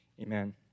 Amen